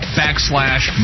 backslash